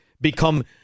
become